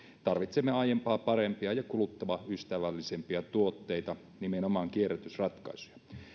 tarvitsemme aiempaa parempia ja kuluttajaystävällisempiä tuotteita nimenomaan kierrätysratkaisuja